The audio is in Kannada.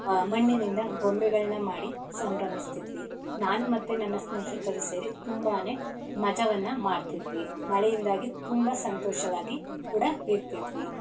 ಮಣ್ಣಿನಿಂದ ಗೊಂಬೆಗಳನ್ನ ಮಾಡಿ ಸಂಭ್ರಮಿಸ್ತಿದ್ವಿ ನಾನು ಮತ್ತು ನನ್ನ ಸ್ನೇಹಿತರು ಸೇರಿ ತುಂಬಾ ಮಜವನ್ನು ಮಾಡ್ತಿದ್ವಿ ಮಳೆಯಿಂದಾಗಿ ತುಂಬ ಸಂತೋಷವಾಗಿ ಕೂಡ ಇರ್ತಿದ್ವಿ